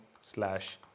slash